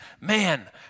man